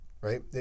right